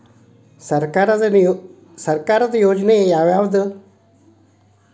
ಸರ್ಕಾರದ ಯೋಜನೆ ಯಾವ್ ಯಾವ್ದ್?